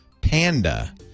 Panda